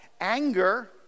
Anger